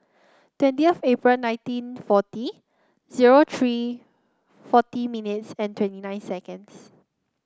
twentieth April nineteen forty zero three forty minutes and twenty nine seconds